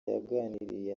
yaganiriye